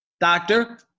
doctor